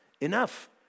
Enough